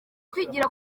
kwigira